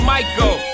Michael